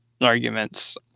arguments